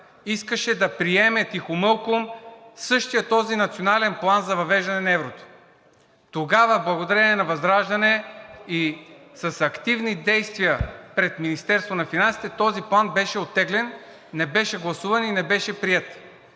искаше да приеме тихомълком същия този Национален план за въвеждане на еврото. Тогава благодарение на ВЪЗРАЖДАНЕ и с активни действия пред Министерството на финансите този план беше оттеглен, не беше гласуван и не беше приет.